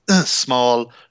small